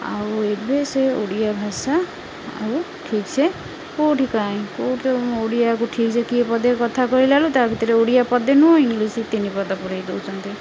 ଆଉ ଏବେ ସେ ଓଡ଼ିଆ ଭାଷା ଆଉ ଠିକ୍ସେ କେଉଁଠି କାଇଁ କେଉଁଠି ତ ଓଡ଼ିଆକୁ ଠିକସେ କିଏ ପଦେ କଥା କହିଲା ବେଳୁ ତା ଭିତରେ ଓଡ଼ିଆ ପଦେ ନୁହଁ ଇଂଲିଶ ତିନି ପଦ ପୁରେଇ ଦେଉଛନ୍ତି